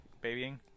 Babying